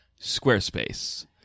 Squarespace